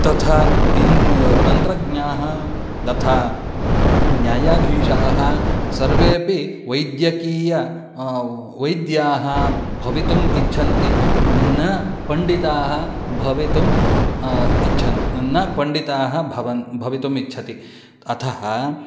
तथा इति तन्त्रज्ञाः तथा न्यायाधीशाः सर्वेऽपि वैद्यकीयाः वैद्याः भवितुम् इच्छन्ति न पण्डिताः भवितुम् इच्छन्ति न पण्डिताः भवन् भवितुम् इच्छन्ति अतः